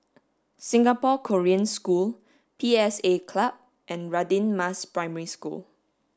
Singapore Korean School P S A Club and Radin Mas Primary School